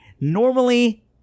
normally